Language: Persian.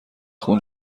خون